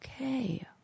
Okay